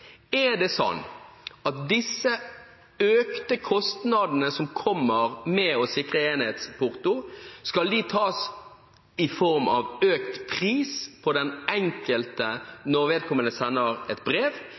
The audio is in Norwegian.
Er det slik at de økte kostnadene ved å sikre enhetsporto skal tas inn i form av økt porto på brev den enkelte